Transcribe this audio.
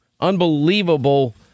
unbelievable